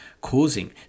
causing